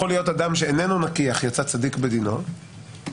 יכול להיות אדם שאיננו נקי אך יצא צדיק בדינו ונקי